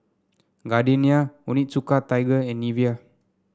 Gardenia Onitsuka Tiger and Nivea